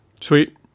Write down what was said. Sweet